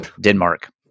Denmark